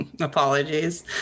Apologies